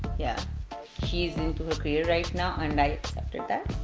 yeah she is into her career right now and i accepted that.